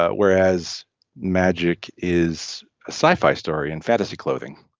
ah whereas magic is a sci-fi story in fantasy clothing